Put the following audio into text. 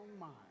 mind